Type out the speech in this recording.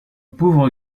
pauvre